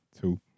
Two